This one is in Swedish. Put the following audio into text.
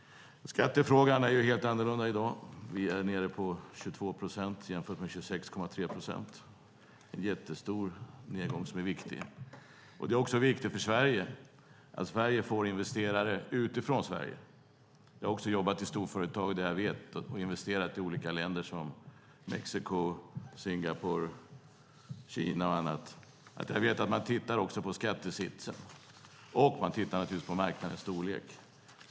Skatterna är helt annorlunda i dag. Vi är nere på 22 procent, jämfört med 26,3 procent tidigare. Det är en jättestor nedgång som är viktig. Det är också viktigt att Sverige får investerare utifrån. Jag har även jobbat i storföretag som har investerat i olika länder som Mexiko, Singapore, Kina och andra. Jag vet att företagen tittar på skattesitsen och naturligtvis på marknadens storlek.